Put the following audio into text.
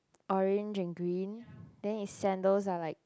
orange and green then his sandals are like